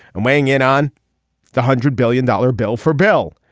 and weighing in on the hundred billion dollar bill for bill.